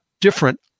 different